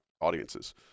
audiences